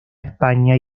españa